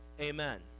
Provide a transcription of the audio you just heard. amen